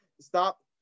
Stop